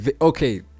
okay